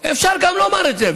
אפשר גם לומר את זה,